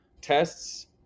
tests